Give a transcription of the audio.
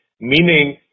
meaning